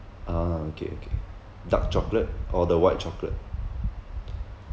ah okay okay dark chocolate or the white chocolate